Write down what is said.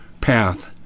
path